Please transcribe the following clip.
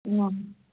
অঁ